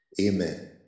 Amen